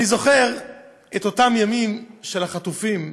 אני זוכר את אותם ימים של החטופים,